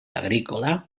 agrícola